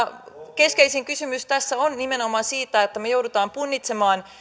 keskeisin kysymys tässä on nimenomaan se että me joudumme punnitsemaan